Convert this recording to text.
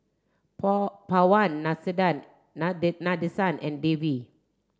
Pawan Nade Nadesan and Devi